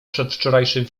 przedwczorajszym